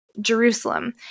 Jerusalem